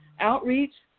outreach,